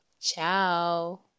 ciao